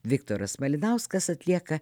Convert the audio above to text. viktoras malinauskas atlieka